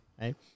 Right